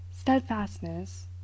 Steadfastness